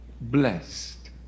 Blessed